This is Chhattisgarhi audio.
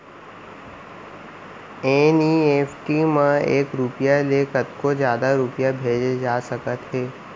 एन.ई.एफ.टी म एक रूपिया ले कतको जादा रूपिया भेजे जा सकत हे